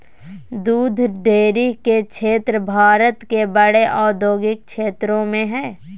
दूध डेरी के क्षेत्र भारत के बड़े औद्योगिक क्षेत्रों में हइ